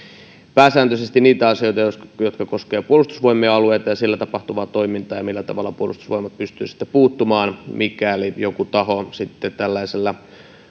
pääsääntöisesti niitä asioita jotka koskevat puolustusvoimien alueita ja siellä tapahtuvaa toimintaa ja sitä millä tavalla puolustusvoimat pystyy sitten puuttumaan mikäli joku taho sitten tällaisella